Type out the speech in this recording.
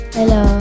Hello